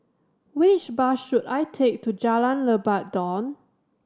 which bus should I take to Jalan Lebat Daun